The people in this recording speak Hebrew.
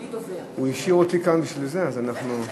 הוא השאיר אותי כאן בשביל זה, אז אנחנו,